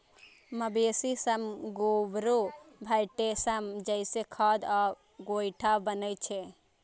मवेशी सं गोबरो भेटै छै, जइसे खाद आ गोइठा बनै छै